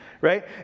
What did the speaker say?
right